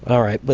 all right. but